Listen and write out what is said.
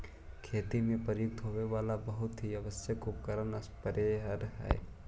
खेती में प्रयुक्त होवे वाला बहुत ही आवश्यक उपकरण स्प्रेयर हई